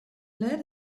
lead